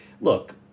look